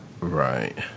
Right